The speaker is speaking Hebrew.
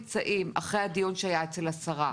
אחרי הדיון שהיה אצל השרה,